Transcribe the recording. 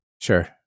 Sure